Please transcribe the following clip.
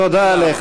תודה רבה.